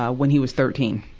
ah when he was thirteen,